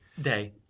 Day